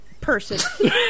person